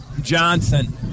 Johnson